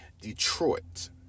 Detroit